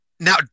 Now